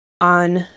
on